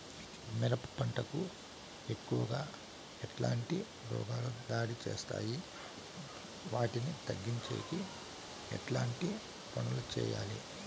మిరప పంట కు ఎక్కువగా ఎట్లాంటి రోగాలు దాడి చేస్తాయి వాటిని తగ్గించేకి ఎట్లాంటి పనులు చెయ్యాలి?